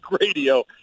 radio